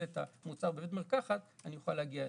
את המוצר בבית מרקחת ואני אוכל להגיע אליו.